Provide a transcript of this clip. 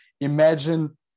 imagine